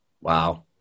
Wow